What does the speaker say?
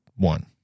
One